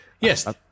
Yes